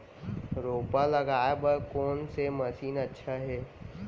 रोपा लगाय बर कोन से मशीन अच्छा हे?